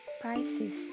prices